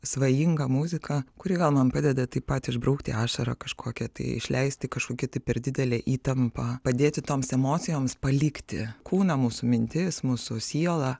svajingą muziką kuri gal man padeda taip pat išbraukti ašarą kažkokią tai išleisti kažkokį tai per didelę įtampą padėti toms emocijoms palikti kūną mūsų mintis mūsų sielą